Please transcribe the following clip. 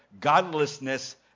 godlessness